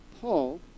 Paul